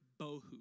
bohu